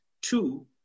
Two